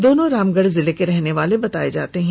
दोनों रामगढ़ जिले के रहने वाले बताए जा रहे है